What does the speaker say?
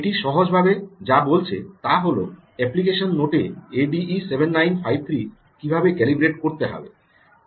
এটি সহজভাবে যা বলেছে তা হল অ্যাপ্লিকেশন নোটে এডিই 7953 কিভাবে ক্যালিব্রেট করতে হবে